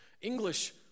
English